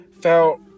felt